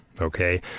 okay